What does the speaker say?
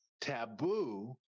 taboo